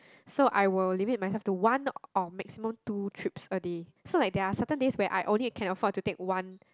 so I will limit myself to one or maximum two trips a day so like there are certain days where I only can afford to take one